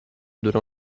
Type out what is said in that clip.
dura